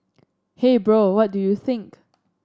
hey bro what do you think